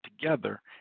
together